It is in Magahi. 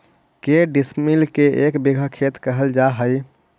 के डिसमिल के एक बिघा खेत कहल जा है?